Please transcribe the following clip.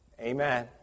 Amen